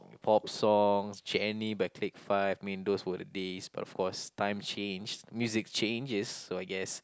pop songs Jenny by Click Five I mean those were the days but of course times change music changes so I guess